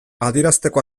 adierazteko